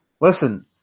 listen